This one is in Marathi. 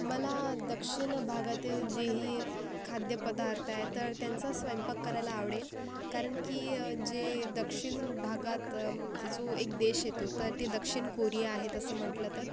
मला दक्षिण भागातील जेही खाद्यपदार्थ आहे तर त्यांचा स्वयंपाक करायला आवडेल कारण की जे दक्षिण भागात जो एक देश येतो तर ते दक्षिण कोरिया आहे तसं म्हटलं तर